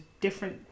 different